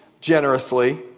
generously